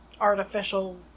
artificial